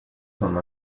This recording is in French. comme